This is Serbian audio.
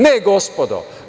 Ne gospodo.